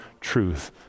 truth